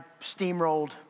steamrolled